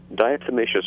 diatomaceous